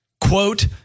Quote